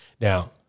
Now